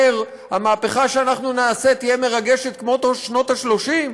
אומר: המהפכה שאנחנו נעשה תהיה מרגשת כמו שנות ה-30,